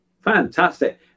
Fantastic